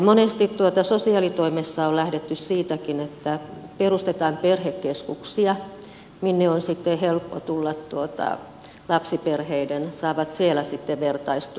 monesti sosiaalitoimessa on lähdetty siitäkin että perustetaan perhekeskuksia minne on sitten lapsiperheiden helppo tulla ja saavat siellä sitten vertaistukea